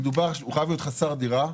הוא חייב להיות חסר דירה.